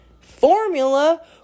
Formula